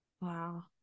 Wow